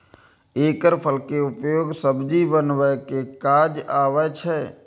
एकर फल के उपयोग सब्जी बनबै के काज आबै छै